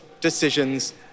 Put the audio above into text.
decisions